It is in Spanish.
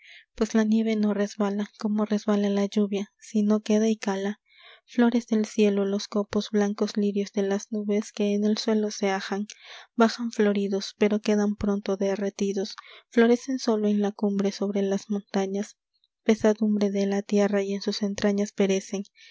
pues la nieve no resbala como resbala la lluvia sino queda y cala flores del cielo los copos blancos lirios de las nubes que en el suelo se ajan bajan floridos pero quedan pronto derretidos florecen sólo en la cumbre sobre las montañas pesadumbre de la tierra y en sus entrañas perecen